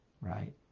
right